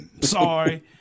sorry